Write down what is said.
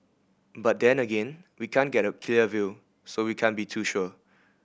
but then again we can't get a clear view so we can't be too sure